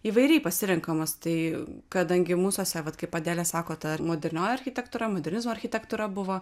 įvairiai pasirenkamas tai kadangi mūsuose vat kaip adelė sako ta modernioji architektūra modernizmo architektūra buvo